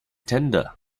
tender